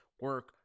Work